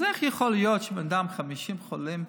אז איך יכול להיות שבן אדם עם 50 חולים?